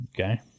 Okay